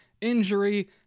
injury